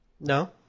No